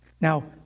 Now